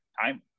Time